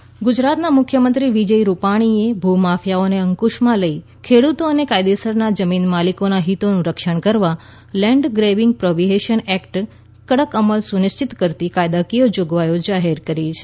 રૂપાણી ગુજરાતના મુખ્યમંત્રી વિજય રૂપાણીએ ભૂમાફિયાઓને અંકુશમાં લઈ ખેડૂતો અને કાયદેસરના જમીન માલિકોના હિતોનું રક્ષણ કરવા લેન્ડ ગ્રેબિંગ પ્રોફીબીશન એક્ટના કડક અમલ સુનિશ્ચિત કરતી કાયદાકીય જોગવાઈઓ જાહેર કરી છે